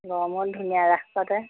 গড়মূৰত ধুনীয়া ৰাস পাতে